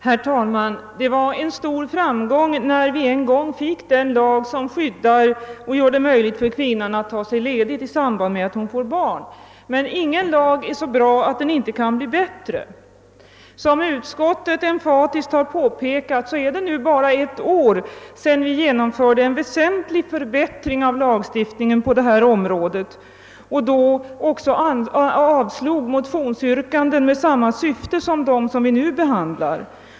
Herr talman! Det var en stor framgång, när vi en gång fick den lag som skyddar kvinnan och gör det möjligt för henne att ta sig ledigt i samband med att hon får barn. Men ingen lag är så bra att den inte kan bli bättre. Som utskottet emfatiskt har påpekat är det nu bara ett år sedan vi genomförde en väsentlig förbättring av lagstiftningen på detta område och då även avslog motionsyrkanden med samma syfte som dem vi nu behandlar.